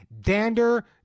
dander